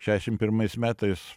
šesšim pirmais metais